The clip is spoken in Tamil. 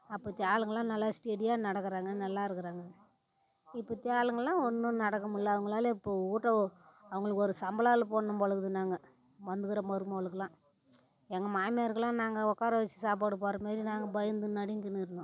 அப்போத்தைய ஆளுங்கெல்லாம் நல்லா ஸ்டெடியாக நடக்கிறாங்க நல்லா இருக்கிறாங்க இப்போத்தைய ஆளுங்கெல்லாம் ஒன்றும் நடக்க முடியல அவங்களால இப்போது ஊட்ட அவங்களுக்கு ஒரு சம்பள ஆள் போடணும் போல இருக்குது நாங்கள் வந்துருக்கற மறுமகளுக்குலாம் எங்கள் மாமியாருக்குலாம் நாங்கள் உக்கார வச்சி சாப்பாடு போடுற மாதிரி நாங்கள் பயந்து நடுங்கின்னு இருந்தோம்